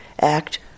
act